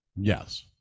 Yes